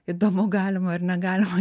įdomu galima ar negalima